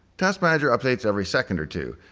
task manger updates every second or two,